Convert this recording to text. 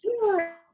Sure